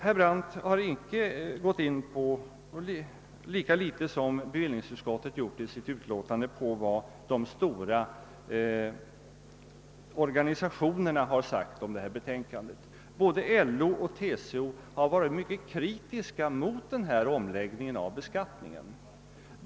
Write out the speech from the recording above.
Herr Brandt har inte, lika litet som bevillningsutskottet, gått in på vad de stora organisationerna har sagt om detta betänkande. Både LO och TCO har varit mycket kritiska mot denna omläggning av beskattningen.